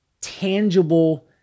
tangible